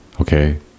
okay